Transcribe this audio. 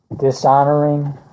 Dishonoring